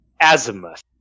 azimuth